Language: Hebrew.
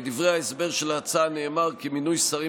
בדברי ההסבר של ההצעה נאמר: "מינוי שרים